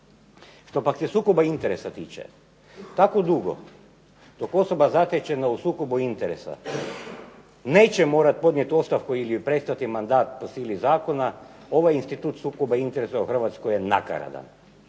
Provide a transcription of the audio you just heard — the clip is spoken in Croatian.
Što pak se sukoba interesa tiče, tako dugo dok osoba zatečena u sukobu interesa neće morat podnijet ostavku ili prestati mandat po sili zakona, ovaj institut sukoba interesa u Hrvatskoj je nakaradan,